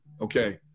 Okay